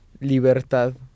Libertad